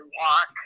walk